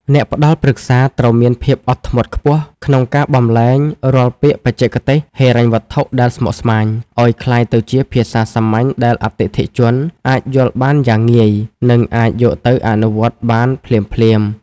អ្នកផ្ដល់ប្រឹក្សាត្រូវមានភាពអត់ធ្មត់ខ្ពស់ក្នុងការបម្លែងរាល់ពាក្យបច្ចេកទេសហិរញ្ញវត្ថុដែលស្មុគស្មាញ ឱ្យក្លាយទៅជាភាសាសាមញ្ញដែលអតិថិជនអាចយល់បានយ៉ាងងាយ និងអាចយកទៅអនុវត្តតាមបានភ្លាមៗ។